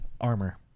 armor